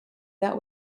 that